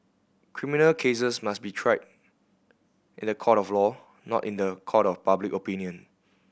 criminal cases must be tried in the court of law not in the court of public opinion